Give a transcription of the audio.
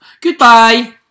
Goodbye